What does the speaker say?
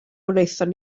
wnaethon